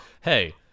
hey